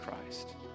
Christ